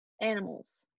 animals